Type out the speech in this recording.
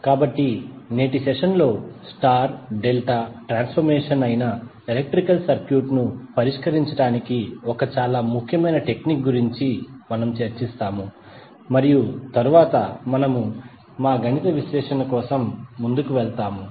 కాబట్టి నేటి సెషన్ లో స్టార్ డెల్టా ట్రాన్స్ఫర్మేషన్ అయిన ఎలక్ట్రికల్ సర్క్యూట్ను పరిష్కరించడానికి ఒక చాలా ముఖ్యమైన టెక్నిక్ గురించి చర్చిస్తాము మరియు తరువాత మనము మా గణిత విశ్లేషణ కోసం ముందుకు వెళ్తాము